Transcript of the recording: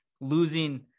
losing